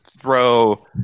Throw